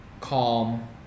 calm